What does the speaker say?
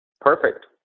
Perfect